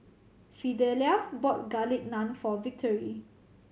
Fidelia bought Garlic Naan for Victory